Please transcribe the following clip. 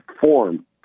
form